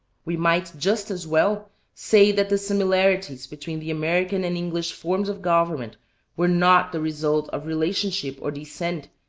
we might just as well say that the similarities between the american and english forms of government were not the result of relationship or descent,